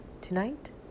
Tonight